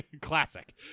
Classic